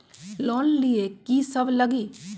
Loan लिए की सब लगी?